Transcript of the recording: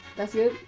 that's good.